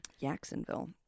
Jacksonville